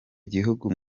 gihugu